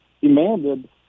demanded